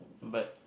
but